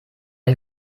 ich